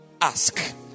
ask